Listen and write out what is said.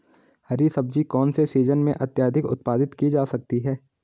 हरी सब्जी कौन से सीजन में अत्यधिक उत्पादित की जा सकती है?